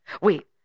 Wait